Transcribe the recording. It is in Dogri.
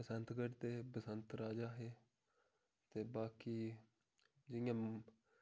बसंतगढ़ दे बसंत राजा हे ते बाकी जियां